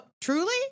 Truly